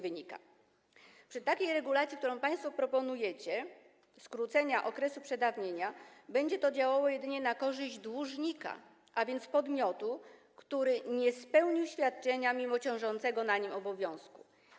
W przypadku regulacji, którą państwo proponujecie, skrócenia okresu przedawnienia, będzie to działało jedynie na korzyść dłużnika, a więc podmiotu, który nie spełnił świadczenia mimo ciążącego na nim obowiązku.